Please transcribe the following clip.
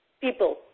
people